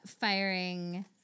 firing